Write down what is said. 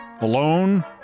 alone